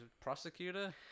prosecutor